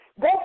Go